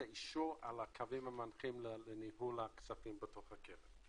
האישור על הקווים המנחים לניהול הכספים בתוך הקרן.